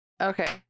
Okay